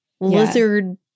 lizard